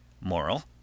Moral